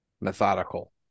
methodical